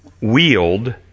wield